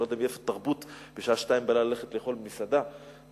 אני לא יודע איזה תרבות הולכת לאכול במסעדה בשעה 02:00,